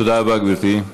תודה רבה, גברתי.